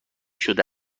شده